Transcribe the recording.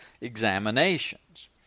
examinations